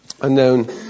unknown